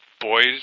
boys